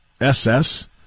SS